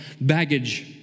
baggage